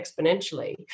exponentially